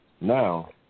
now